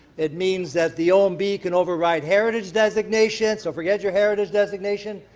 it means that the o and b can override heritage designation. so forget your heritage designation.